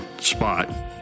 spot